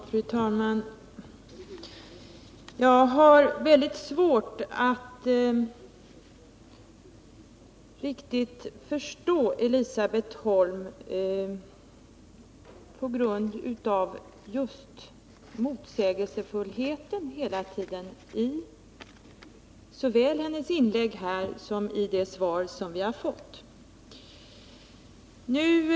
Fru talman! Jag har väldigt svårt att riktigt förstå Elisabet Holm på grundav — Om förbud mot motsägelsefullheten hela tiden såväl i hennes inlägg under diskussionen som = omskärelse av i det svar vi har fått. kvinnor, m.m.